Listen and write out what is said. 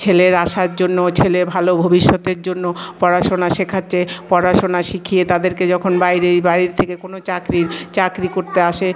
ছেলের আশার জন্য ছেলের ভালো ভবিষ্যতের জন্য পড়াশোনা শেখাচ্ছে পড়াশোনা শিখিয়ে তাদেরকে যখন বাইরে বাইরে থেকে কোনো চাকরি চাকরি করতে আসে